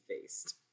faced